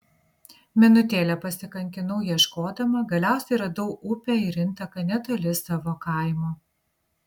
minutėlę pasikankinau ieškodama galiausiai radau upę ir intaką netoli savo kaimo